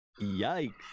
Yikes